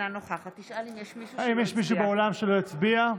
אינה נוכחת האם יש מישהו באולם שלא הצביע,